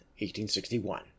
1861